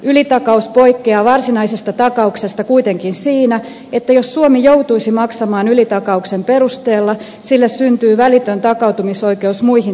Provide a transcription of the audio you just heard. ylitakaus poikkeaa varsinaisesta takauksesta kuitenkin siinä että jos suomi joutuisi maksamaan ylitakauksen perusteella sille syntyy välitön takautumisoikeus muihin takaajiin nähden